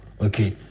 okay